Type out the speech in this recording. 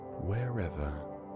wherever